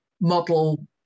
model